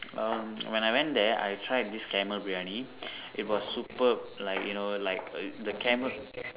um when I went there I tried this camel Briyani it was super like you know like the camel